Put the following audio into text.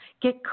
Get